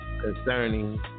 concerning